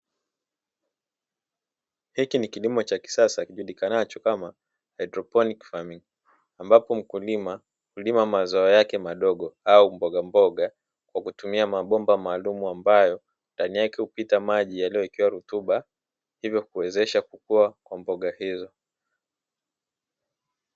Hiki ni kilimo cha kisasa kujulikanacho kama haidroponi "farming", ambapo mkulima hulima mazao yake madogo au mbogamboga kwa kutumia mabomba maalumu ambayo ndani yake hupita maji yaliyowekewa rutuba hivyo kuwezesha kukua kwa mboga hizo.